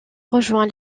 rejoint